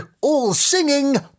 all-singing